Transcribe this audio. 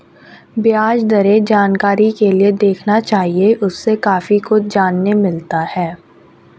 ब्याज दरें जानकारी के लिए देखना चाहिए, उससे काफी कुछ जानने मिलता है